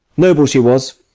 noble she was,